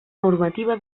normativa